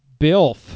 BILF